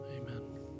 Amen